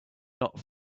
not